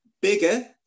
bigger